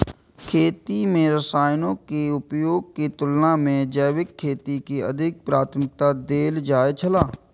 खेती में रसायनों के उपयोग के तुलना में जैविक खेती के अधिक प्राथमिकता देल जाय छला